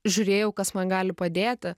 žiūrėjau kas man gali padėti